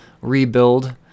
rebuild